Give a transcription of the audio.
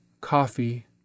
coffee